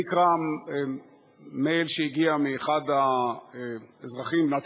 אני אקרא מייל שהגיע מאחד האזרחים במדינת